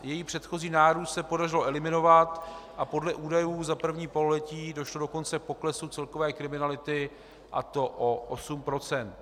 Její předchozí nárůst se podařilo eliminovat a podle údajů za první pololetí došlo dokonce k poklesu celkové kriminality, a to o 8 procent.